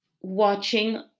watching